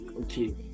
okay